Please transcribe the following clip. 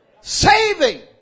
Saving